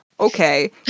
okay